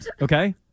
okay